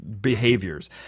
behaviors